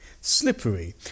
slippery